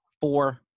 four